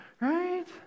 Right